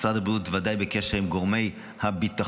משרד הבריאות בוודאי בקשר עם גורמי הביטחון,